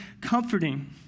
comforting